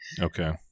Okay